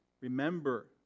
Remember